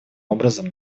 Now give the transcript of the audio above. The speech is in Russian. образом